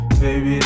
baby